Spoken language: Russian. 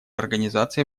организации